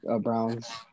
Brown's